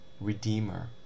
Redeemer